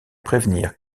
prévenir